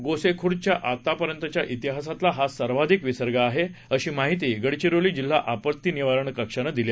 गोसेखुर्दच्या आजपर्यंतच्या तिहासातला हा सर्वाधिक विसर्ग आहे अशी माहिती गडचिरोली जिल्हा आपत्ती निवारण कक्षानं दिली